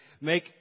make